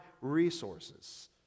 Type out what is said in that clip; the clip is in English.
resources